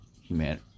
human